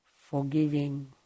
forgiving